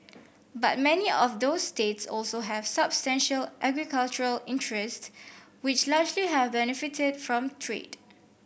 but many of those states also have substantial agricultural interest which largely have benefited from trade